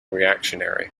reactionary